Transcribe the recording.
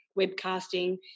webcasting